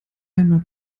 einmal